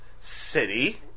city